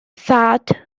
thad